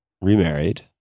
remarried